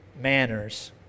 manners